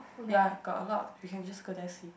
ya got a lot we just go there see